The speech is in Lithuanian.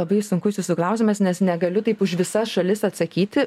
labai sunkus jūsų klausimas nes negaliu taip už visas šalis atsakyti